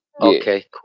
Okay